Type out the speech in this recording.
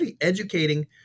educating